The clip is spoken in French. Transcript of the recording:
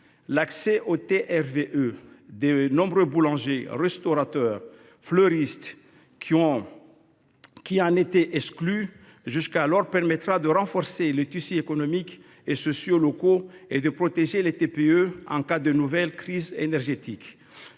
L’accès aux TRVE des nombreux boulangers, restaurateurs ou fleuristes qui en étaient exclus jusqu’alors renforcera les tissus économiques et sociaux locaux et les protégera en cas de nouvelle crise énergétique.